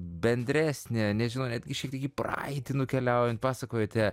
bendresnė nežinau netgi šiek tiek į praeitį nukeliaujant pasakojote